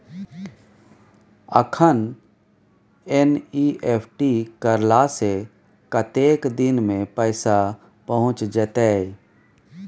अखन एन.ई.एफ.टी करला से कतेक दिन में पैसा पहुँच जेतै?